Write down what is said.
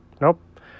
nope